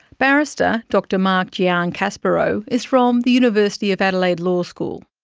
barrister dr mark giancaspro is from the university of adelaide law school.